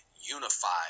unified